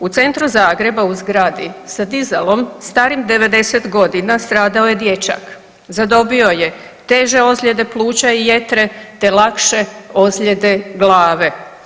U centru Zagreba u zgradi sa dizalom starim 90 godina stradao je dječak, zadobio je teže ozljede pluća i jetre te lakše ozljede glave.